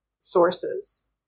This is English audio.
sources